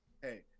hey